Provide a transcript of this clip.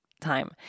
time